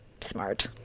smart